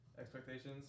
expectations